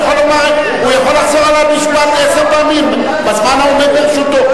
הוא יכול לחזור על המשפט עשר פעמים בזמן העומד לרשותו.